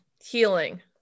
healing